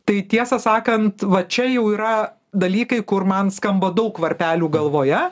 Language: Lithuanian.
tai tiesą sakant va čia jau yra dalykai kur man skamba daug varpelių galvoje